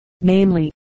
namely